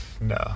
No